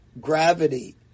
gravity